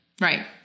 Right